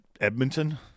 Edmonton